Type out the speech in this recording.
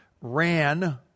ran